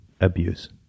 abuse